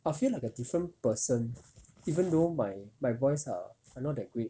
I feel like a different person even though my my voice are not that great